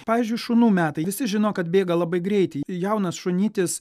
pavyzdžiui šunų metai visi žino kad bėga labai greitai jaunas šunytis